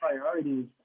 priorities